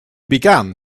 began